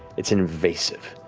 it's an invasive,